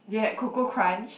they had KoKo Krunch